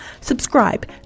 subscribe